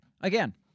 Again